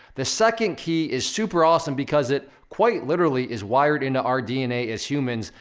the second key is super awesome because it quite literally is wired into our dna, as humans,